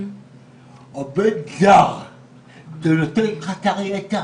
עובד זר שנוטש חסר ישע,